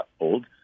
old